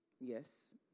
Yes